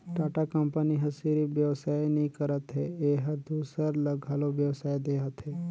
Tata company ह सिरिफ बेवसाय नी करत हे एहर दूसर ल घलो बेवसाय देहत हे